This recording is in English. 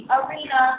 arena